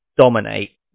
dominate